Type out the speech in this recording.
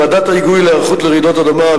ועדת ההיגוי להיערכות לרעידות אדמה,